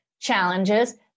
challenges